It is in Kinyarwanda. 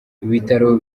ibitaro